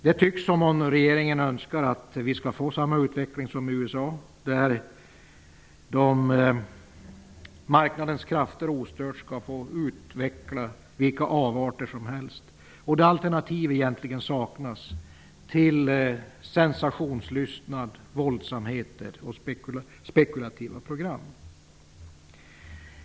Det tycks som om regeringen önskar att vi skall få samma utveckling som i USA, där marknadens krafter ostört får utveckla vilka avarter som helst och där alternativ egentligen saknas till sensationslystna, våldsamma och spekulativa program.